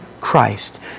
Christ